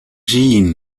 jean